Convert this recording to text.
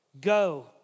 GO